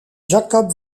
jakob